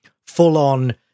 full-on